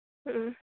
ꯎꯝ